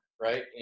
Right